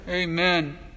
Amen